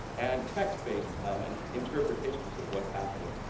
and text-based um and interpretations of what's happening